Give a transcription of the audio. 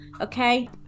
okay